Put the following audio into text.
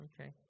Okay